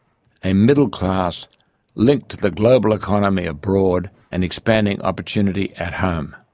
a middle class linked to the global economy abroad and expanding opportunity at home.